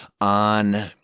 on